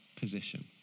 position